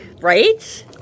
Right